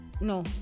no